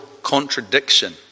contradiction